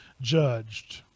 judged